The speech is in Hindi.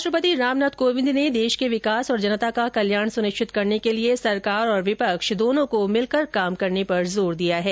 राष्ट्रपति रामनाथ कोविंद ने देश के विकास और जनता का कल्याण सुनिश्चित करने के लिए सरकार और विपक्ष दोनों को मिलकर काम करने पर जोर दिया है